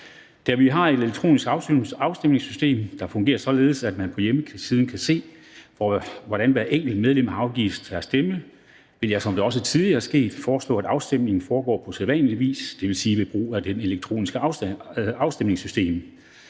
Da vi har et elektronisk afstemningssystem, der fungerer således, at man på hjemmesiden kan se, hvordan hvert enkelt medlem har afgivet sin stemme, vil jeg, som det også tidligere er sket, foreslå, at afstemningen foregår på sædvanlig vis, det vil sige ved brug af det elektroniske afstemningssystem.